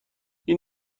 این